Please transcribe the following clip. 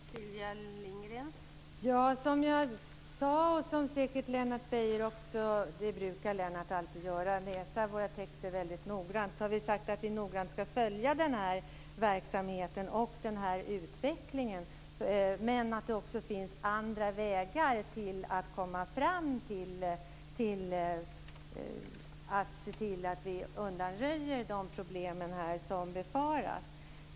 Fru talman! Som jag sade, och som Lennart Beijer säkert också vet - han brukar alltid läsa våra texter väldigt noggrant - har vi sagt att vi noga skall följa den här verksamheten och utvecklingen men att det också finns andra vägar att gå för att undanröja de problem som här befaras.